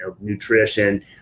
nutrition